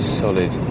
solid